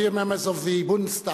Dear members of the Bundestag,